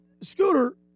Scooter